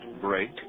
break